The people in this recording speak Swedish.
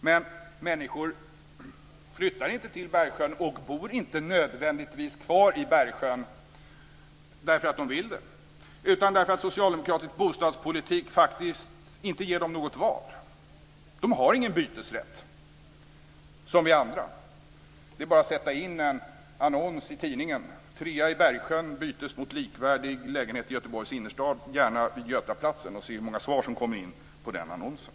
Men människor flyttar inte till Bergsjön och bor inte nödvändigtvis kvar i Bergsjön därför att de vill det utan därför att socialdemokratisk bostadspolitik faktiskt inte ger dem något val. De har ingen bytesrätt som vi andra. Det framgår om man sätter in en annons i tidningen: Trea i Bergsjön byts mot likvärdig lägenhet i Göteborgs innerstad, gärna vid Götaplatsen, och ser hur många svar som kommer in på den annonsen.